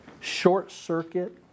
short-circuit